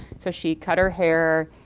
so she cut her hair,